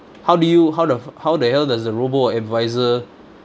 how do you how the fu~ how the hell does the robo-advisor